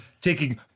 taking